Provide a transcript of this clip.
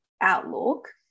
outlook